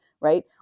Right